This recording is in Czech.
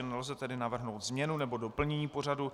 Nelze tedy navrhnout změnu nebo doplnění pořadu.